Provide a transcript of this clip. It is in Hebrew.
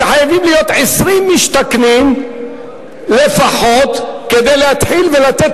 חייבים להיות 20 משתכנים לפחות כדי להתחיל לתת